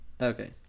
Okay